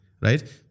right